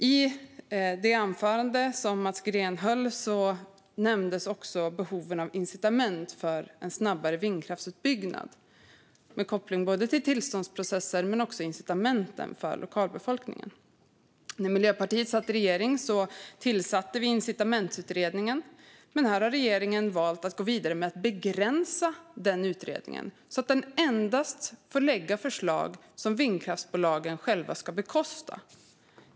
I sitt anförande nämnde Mats Green också behoven av incitament för en snabbare vindkraftsutbyggnad med koppling till både tillståndsprocesser och lokalbefolkning. När Miljöpartiet satt i regering tillsatte vi en incitamentsutredning, men regeringen har nu valt att begränsa denna utredning så att den endast får lägga fram förslag som vindkraftsbolagen själva ska bekosta.